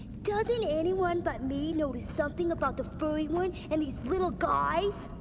doesn't anyone but me notice something about the furry one and these little guys?